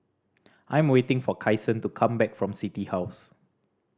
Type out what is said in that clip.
I am waiting for Kyson to come back from City House